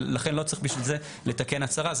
לכן לא צריך בשביל זה לתקן הצהרה,